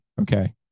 Okay